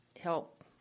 help